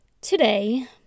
Today